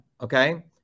okay